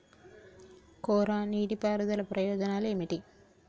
కోరా నీటి పారుదల ప్రయోజనాలు ఏమిటి?